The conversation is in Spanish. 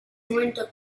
momento